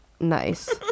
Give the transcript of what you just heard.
nice